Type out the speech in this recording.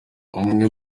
umwe